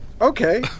Okay